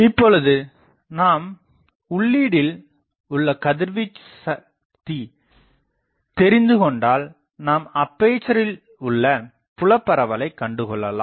இப்பொழுது நாம் உள்ளீடில் உள்ள கதிர்வீச்சு சக்தி தெரிந்து கொண்டால் நாம் அப்பேசரில் உள்ள புலபரவலை கண்டு கொள்ளலாம்